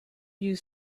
you